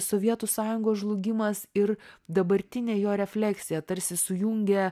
sovietų sąjungos žlugimas ir dabartinė jo refleksija tarsi sujungia